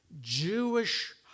Jewish